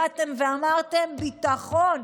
באתם ואמרתם: ביטחון.